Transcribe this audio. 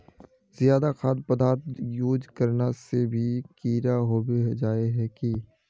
ज्यादा खाद पदार्थ यूज करना से भी कीड़ा होबे जाए है की?